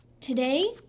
Today